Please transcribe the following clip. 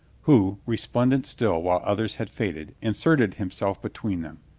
who, resplendent still while others had fad ed, inserted himself between them.